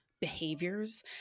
behaviors